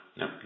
no